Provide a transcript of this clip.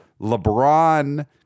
LeBron